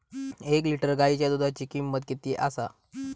एक लिटर गायीच्या दुधाची किमंत किती आसा?